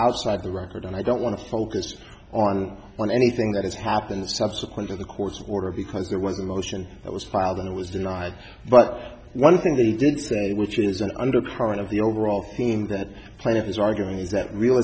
outside the record and i don't want to focus on on anything that has happened subsequent to the court's order because there was a motion that was filed and it was denied but one thing they did say which is an undercurrent of the overall theme that plaintiff is arguing is that real